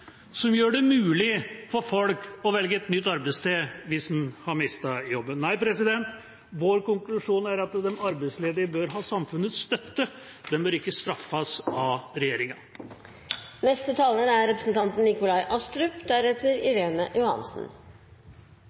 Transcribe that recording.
som gjør det mulig å velge et nytt arbeidssted hvis en har mistet jobben. Vår konklusjon er at de arbeidsledige bør ha samfunnets støtte, de bør ikke straffes av regjeringa. Regjeringen går nå inn i sitt tredje år, og mye er